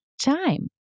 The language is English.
time